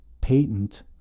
patent